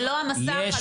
זה לא המסע החלופי.